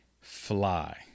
fly